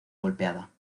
golpeada